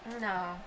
No